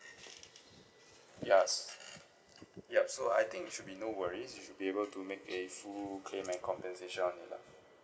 ya yup so I think should be no worries you should be able to make a full claim and compensation on it lah